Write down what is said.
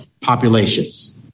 populations